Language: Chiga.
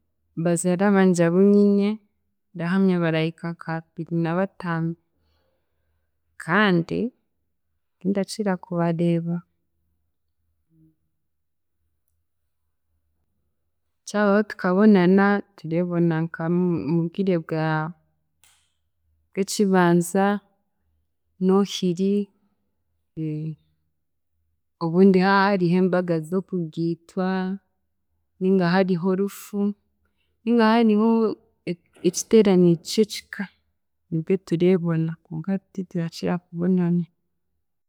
Bazaara bangye abunyine, ndahamya barahika nk'abiri nabataano kandi tindakira kubareeba. Kyabaho tukabonana, tureebona nka mu- mu bwire bwa bw'ekibanza, nohiri, obundi haahariho embaga z'okugiitwa ninga hariho orufu ninga hariho e- ekiteerane ky'ekika, nibwe tureebona konka titurakira kubonana.